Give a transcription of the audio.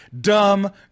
dumb